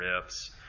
rips